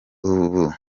ubu